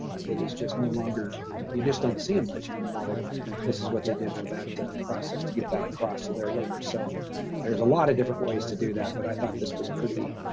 that is just no longer you just don't see them much anymore. but this is what they did for that process to get that across to their learners so there's a lot of different ways to do that, but i thought this was pretty